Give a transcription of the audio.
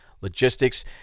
Logistics